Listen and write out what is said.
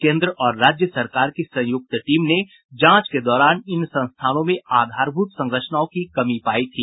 केन्द्र और राज्य सरकार की संयुक्त टीम ने जांच के दौरान इन संस्थानों में आधारभूत संरचनाओं की कमी पायी थी